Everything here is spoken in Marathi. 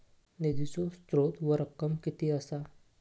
निधीचो स्त्रोत व रक्कम कीती असा?